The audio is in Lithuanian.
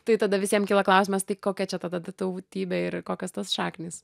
tai tada visiem kyla klausimas tai kokia čia tada ta tautybė ir kokios tos šaknys